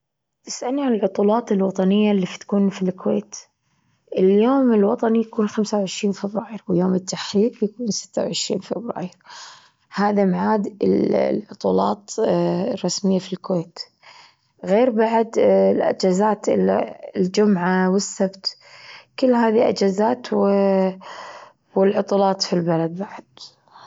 تسألني عن العطلات الوطنية إللي بتكون في الكويت اليوم الوطني يكون خمسة وعشرين فبراير ويوم التحرير يكون ستة وعشرين فبراير. هذا معاد ال- العطلات الرسمية في الكويت غير بعد الإجازات ال- الجمعة والسبت، كل هذه أجازات و والعطلات في البلد بعد.